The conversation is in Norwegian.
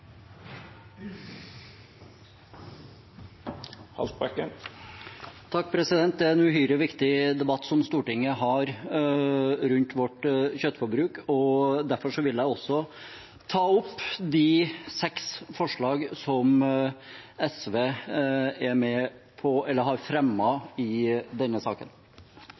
Det er en uhyre viktig debatt Stortinget har om vårt kjøttforbruk, derfor vil jeg også ta det forslaget SV har fremmet i denne saken. Representanten Lars Haltbrekken har